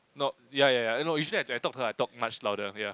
no ya ya ya no usually when I talk to her I talk much louder ya